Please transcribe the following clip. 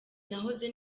nahoze